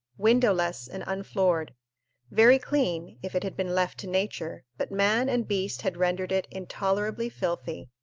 windowless and unfloored very clean, if it had been left to nature, but man and beast had rendered it intolerably filthy.